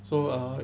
so uh